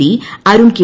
D Arun K